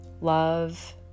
Love